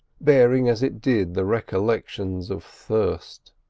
bearing as it did the recollections of thirst.